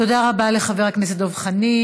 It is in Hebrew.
תודה רבה לחבר הכנסת דב חנין.